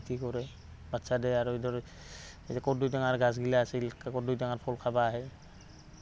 খেতি কৰে বাচ্ছা দেই আৰু এইদৰে এই যে কৰ্দৈ টেঙাৰ গাছগিলা আছিল কৰ্দৈ টেঙাৰ ফল খাবা আহে